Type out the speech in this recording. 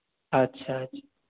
اچھا اچھا